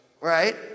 right